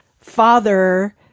father